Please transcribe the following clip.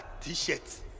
t-shirts